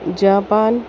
Japan